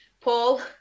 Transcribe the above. Paul